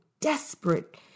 desperate